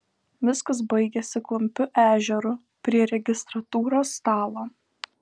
viskas baigėsi klampiu ežeru prie registratūros stalo